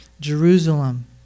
Jerusalem